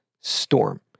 storm